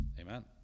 Amen